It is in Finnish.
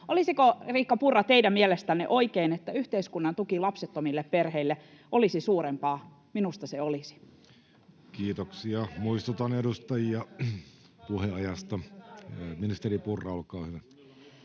olisiko, Riikka Purra, teidän mielestänne oikein, että yhteiskunnan tuki lapsettomille perheille olisi suurempaa? Minusta se olisi. Kiitoksia. — Muistutan edustajia puheajasta. — Ministeri Purra, olkaa hyvä.